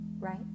right